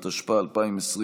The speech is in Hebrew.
התשפ"א 2020,